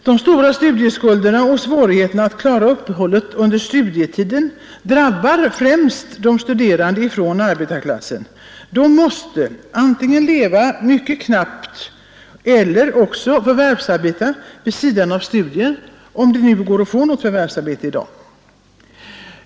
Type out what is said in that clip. De stora studieskulderna och svårigheterna att klara uppehället under studietiden drabbar främst de studerande från arbetarhemmen. De måste antingen leva mycket knappt eller förvärvsarbeta vid sidan om studierna — om det nu går att få något förvärvsarbete.